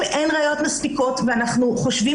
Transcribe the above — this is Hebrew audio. אם אין ראיות מספיקות ואנחנו חושבים